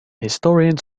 historians